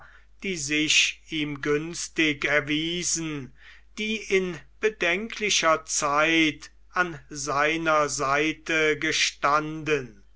die sich ihm günstig erwiesen die in bedenklicher zeit an seiner seite gestanden